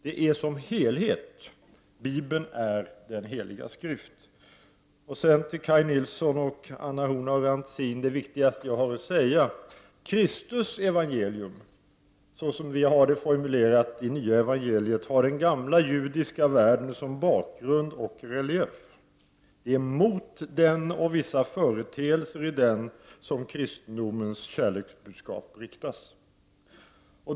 Det är som helhet Bibeln är den heliga skrift. Några ord till Kaj Nilsson och Anna Horn af Rantzien, det viktigaste som jag har att säga: Kristi evangelium, så som vi har det formulerat i Nya Evangeliet, har den gamla judiska världen som bakgrund och relief, och det är gentemot den och vissa företeelser i den som kristendomens kärleksbudskap är riktad.